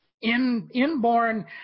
inborn